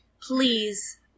Please